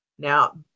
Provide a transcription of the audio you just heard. Now